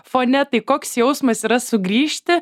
fone tai koks jausmas yra sugrįžti